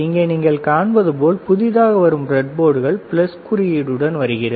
இங்கே நீங்கள் காண்பது போல் புதிதாக வரும் பிரட்போர்டுகள் பிளஸ் குறியீடுடன் வருகிறது